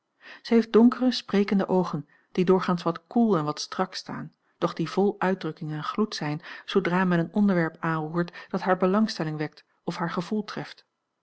zij heeft donkere sprekende oogen die doorgaans wat koel en wat strak staan doch die vol uitdrukking en gloed zijn zoodra men een onderwerp aanroert dat hare belangstelling wekt of haar gevoel treft